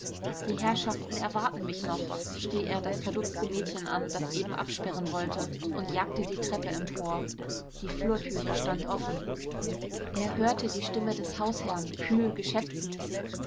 die herrschaften erwarten mich noch schrie er das verdutzte mädchen an das eben absperren wollte und jagte die treppe empor die flurtüre stand offen er hörte die stimme des hausherrn kühl geschäftsmäßig